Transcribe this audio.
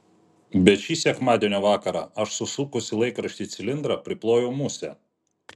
bet šį sekmadienio vakarą aš susukusi laikraštį į cilindrą priplojau musę